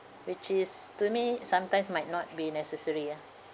which is to me sometimes might not be necessary ah